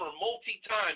multi-time